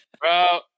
Bro